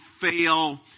fail